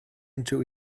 into